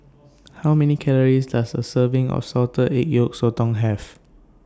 How Many Calories Does A Serving of Salted Egg Yolk Sotong Have